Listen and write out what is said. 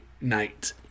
night